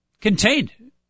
contained